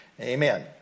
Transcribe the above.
Amen